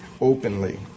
openly